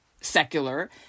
secular